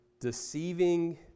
deceiving